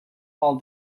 all